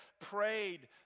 prayed